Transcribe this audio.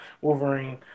Wolverine